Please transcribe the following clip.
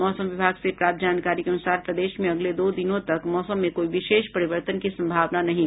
मौसम विभाग से प्राप्त जानकारी के अनुसार प्रदेश में अगले दो दिनों तक मौसम में कोई विशेष परिवर्तन की संभावना नहीं है